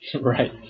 Right